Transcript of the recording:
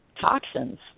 toxins